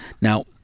Now